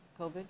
COVID